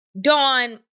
Dawn